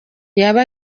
yaba